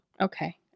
Okay